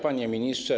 Panie Ministrze!